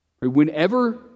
whenever